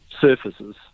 surfaces